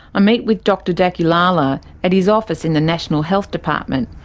i meet with dr dakulala at his office in the national health department.